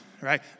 right